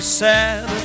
sad